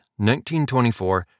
1924